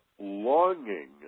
longing